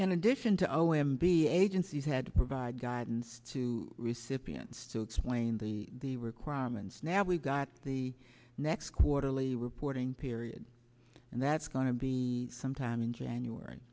in addition to o m b agencies had to provide guidance to recipients to explain the the requirements now we've got the next quarterly reporting period and that's going to be sometime in january